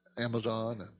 Amazon